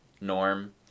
norm